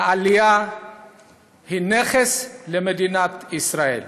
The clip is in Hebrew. העלייה היא נכס למדינת ישראל.